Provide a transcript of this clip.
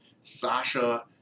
Sasha